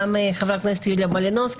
גם אצל חברת הכנסת יוליה מלינובסקי,